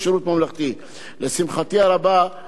היום אנחנו נמצאים במקום שאנחנו נמצאים,